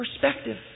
perspective